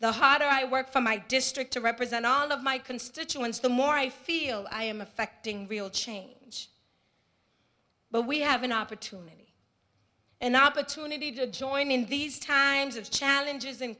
the harder i work for my district to represent all of my constituents the more i feel i am affecting real change but we have an opportunity an opportunity to join in these times of challenges and